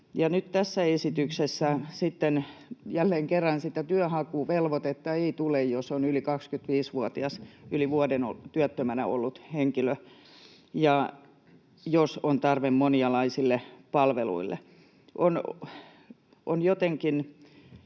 tässä esityksessä jälleen kerran sitä työnhakuvelvoitetta ei tule, jos on yli 25-vuotias yli vuoden työttömänä ollut henkilö ja jos on tarve monialaisille palveluille. Ymmärrän